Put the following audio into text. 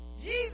Jesus